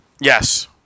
Yes